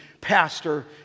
pastor